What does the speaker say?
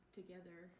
together